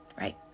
right